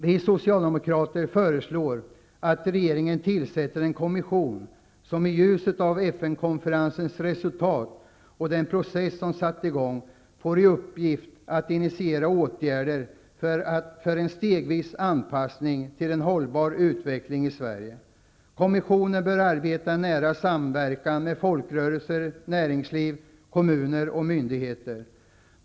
Vi socialdemokrater föreslår att regeringen tillsätter en kommision som i ljuset av FN-konferensens resultat och den process som har satts i gång får i uppgift att initiera åtgärder för en stegvis anpassning till en hållbar uteckling i Sverige. Kommissionen bör arbeta i nära samverkan med folkrörelser, näringsliv, kommuner och myndigheter.